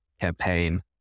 campaign